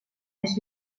més